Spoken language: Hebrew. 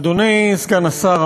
אדוני סגן השר,